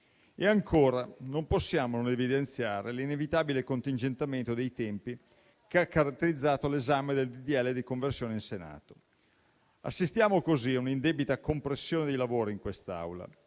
E ancora, non possiamo non evidenziare l'inevitabile contingentamento dei tempi che ha caratterizzato l'esame del disegno di legge di conversione in Senato. Assistiamo a un'indebita compressione dei lavori in quest'Aula,